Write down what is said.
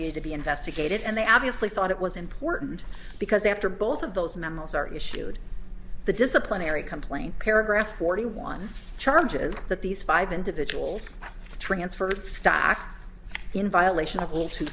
needed to be investigated and they obviously thought it was important because after both of those memos are issued the disciplinary complaint paragraph forty one charges that these five individuals transferred stock in violation of two